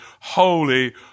holy